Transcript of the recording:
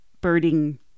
birding